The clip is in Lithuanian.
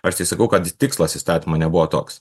aš tai sakau kad tikslas įstatymo nebuvo toks